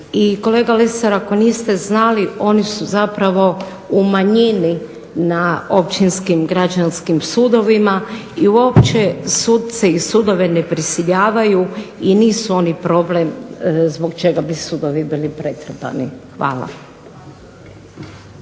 i kolega Lesar ako niste znali oni su u manjini na općinskim građanskim sudovima i uopće suce i sudove ne prisiljavaju i nisu oni problem zbog čega bi sudovi bili pretrpani. Hvala.